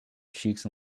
cheeks